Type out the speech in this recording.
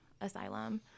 asylum